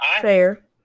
fair